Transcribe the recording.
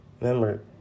Remember